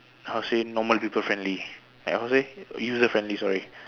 how to say normal people friendly like how to say user friendly sorry